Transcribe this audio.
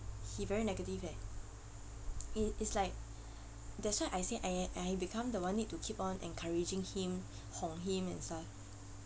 he very negative leh it it's like that's why I say I I become the one need to keep on encouraging him hone him and stuff